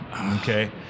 okay